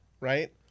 right